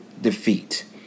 defeat